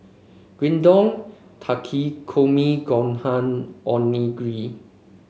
Gyudon Takikomi Gohan Onigiri